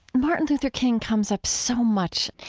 martin luther king comes up so much,